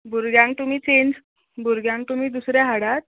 भुरग्यांक तुमी चँज भुरग्यांक तुमी दुसरे हाडात